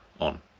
on